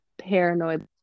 paranoid